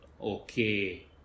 Okay